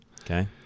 Okay